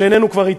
שכבר איננו אתנו,